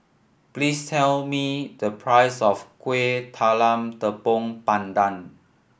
please tell me the price of Kuih Talam Tepong Pandan